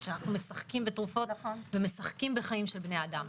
שאנחנו משחקים בתרופות ומשחקים בחיי בני אדם.